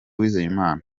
uwizeyimana